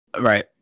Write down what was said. Right